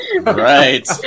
Right